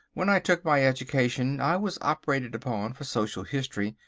when i took my education i was operated upon for social history,